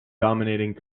dominating